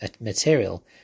material